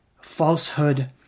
falsehood